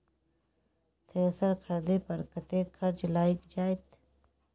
Thresher खरीदे पर कतेक खर्च लाईग जाईत?